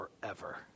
forever